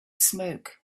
smoke